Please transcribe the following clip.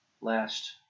last